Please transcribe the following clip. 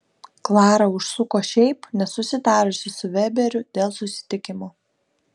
klara užsuko šiaip nesusitarusi su veberiu dėl susitikimo